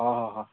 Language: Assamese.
অঁ